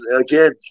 again